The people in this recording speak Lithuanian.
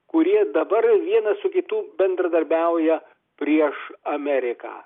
kurie dabar vienas su kitu bendradarbiauja prieš ameriką